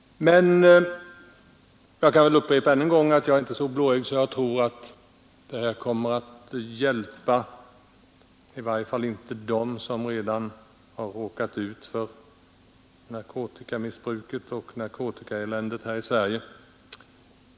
Jag upprepar ännu en gång att jag inte är så blåögd, att jag tror att pa — i varje fall inte dem som redan råkat ut för narkotikamissbruket här i Sverige.